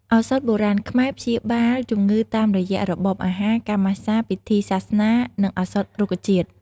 ឱសថបុរាណខ្មែរព្យាបាលជំងឺតាមរយៈរបបអាហារ ការម៉ាស្សា ពិធីសាសនា និងឱសថរុក្ខជាតិ។